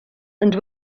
and